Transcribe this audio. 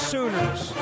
Sooners